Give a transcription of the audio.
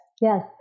Yes